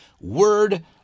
word